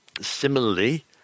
Similarly